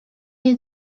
nie